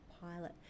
pilot